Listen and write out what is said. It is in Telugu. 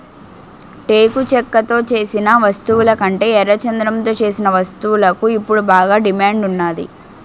టేకు చెక్కతో సేసిన వస్తువులకంటే ఎర్రచందనంతో సేసిన వస్తువులకు ఇప్పుడు బాగా డిమాండ్ ఉన్నాది